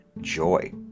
joy